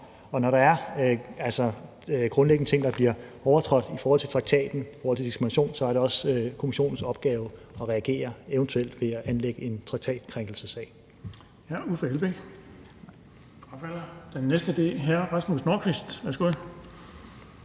og når der er grundlæggende ting, der bliver overtrådt i traktaten i forhold til diskrimination, så er det også Kommissionens opgave at reagere, eventuelt ved at anlægge en traktatkrænkelsessag.